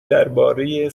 درباره